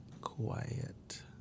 quiet